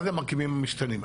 מה זה המרכיבים המשתנים?